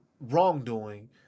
wrongdoing